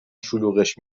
شلوغش